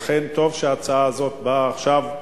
לכן, טוב שההצעה הזאת באה עכשיו,